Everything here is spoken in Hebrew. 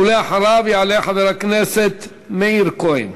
ואחריו יעלה חבר הכנסת מאיר כהן.